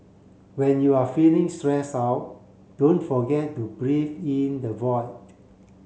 when you are feeling stress out don't forget to breathe in the void